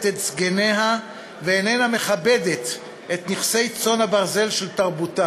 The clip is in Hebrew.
את זקניה ואינה מכבדת את נכסי צאן הברזל של תרבותה.